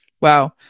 Wow